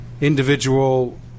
individual